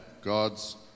god's